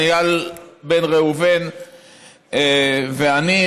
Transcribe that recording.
איל בן ראובן ואני,